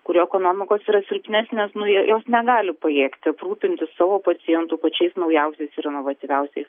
kurių ekonomikos yra silpnesnės nu jo jos negali pajėgti aprūpinti savo pacientų pačiais naujausiais ir inovatyviausiais